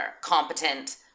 competent